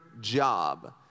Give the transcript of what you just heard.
job